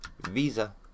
Visa